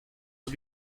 aux